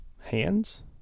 Hands